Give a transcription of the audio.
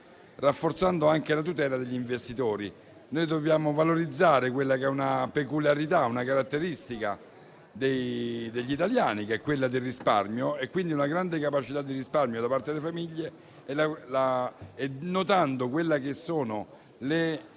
rafforzando anche la tutela degli investitori. Noi dobbiamo valorizzare quella che è una peculiarità, una caratteristica degli italiani, data da una grande capacità di risparmio da parte delle famiglie, notando l'incremento